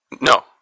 No